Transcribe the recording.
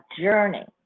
journey